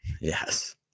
Yes